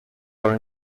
are